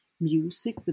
music